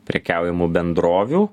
prekiaujamų bendrovių